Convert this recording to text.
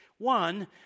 One